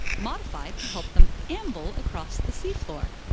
modified to help them amble across the sea floor.